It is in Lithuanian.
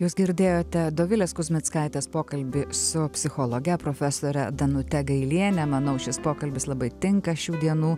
jūs girdėjote dovilės kuzmickaitės pokalbį su psichologe profesore danute gailiene manau šis pokalbis labai tinka šių dienų